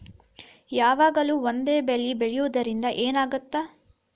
ಯಾವಾಗ್ಲೂ ಒಂದೇ ಬೆಳಿ ಬೆಳೆಯುವುದರಿಂದ ಏನ್ ಆಗ್ತದ?